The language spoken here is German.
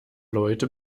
leute